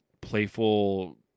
playful